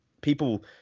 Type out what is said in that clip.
people